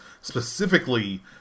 specifically